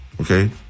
Okay